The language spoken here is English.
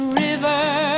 river